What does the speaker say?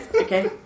Okay